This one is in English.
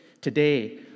Today